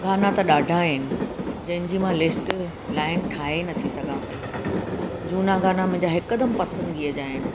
गाना त ॾाढा आहिनि जंहिंजी मां लिस्ट लाईन ठाहे नथी सघां पई झूना गाना मुंहिंजा हिकदमि पसंदिगीअ जा आहिनि